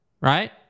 right